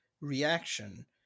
reaction